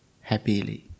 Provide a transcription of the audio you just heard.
happily